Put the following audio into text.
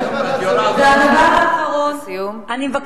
מה אכפת לך, והדבר האחרון, אני מבקשת